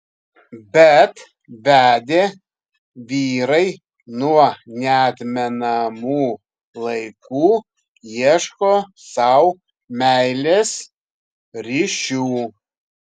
bet vedę vyrai nuo neatmenamų laikų ieško sau meilės ryšių